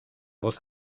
voz